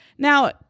Now